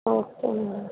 okay madam